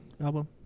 album